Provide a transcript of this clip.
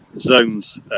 zones